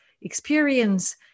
experience